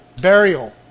burial